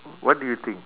what do you think